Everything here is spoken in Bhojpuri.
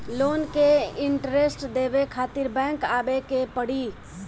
लोन के इन्टरेस्ट देवे खातिर बैंक आवे के पड़ी?